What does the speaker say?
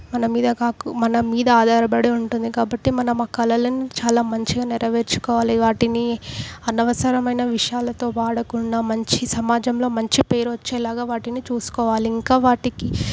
మనమీద కాకు మనమీద ఆధారపడి ఉంటుంది కాబట్టి మనం ఆ కళలను చాలా మంచిగా నెరవేర్చుకోవాలి వాటిని అనవసరమైన విషయాలతో వాడకుండా మంచి సమాజంలో మంచి పేరు వచ్చేలాగా వాటిని చూసుకోవాలి ఇంకా వాటికి